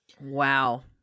Wow